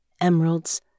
emeralds